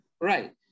right